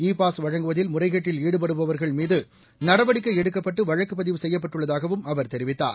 இ pass வழங்குவதில் முறைகேட்டில் ஈடுபடுபவர்கள் மீது நடவடிக்கை எடுக்கப்பட்டு வழக்கு பதிவு செய்யப்பட்டுள்ளதாகவும் அவர் தெரிவித்தார்